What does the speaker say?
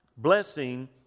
Blessing